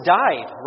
died